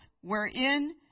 wherein